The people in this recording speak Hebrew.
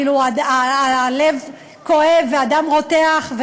הלב כואב והדם רותח,